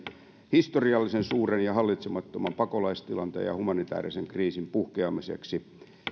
historiallisen suuren ja hallitsemattoman pakolaistilanteen ja humanitäärisen kriisin puhkeamiseksi